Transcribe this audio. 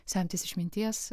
semtis išminties